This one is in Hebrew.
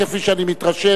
כפי שאני מתרשם,